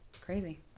Crazy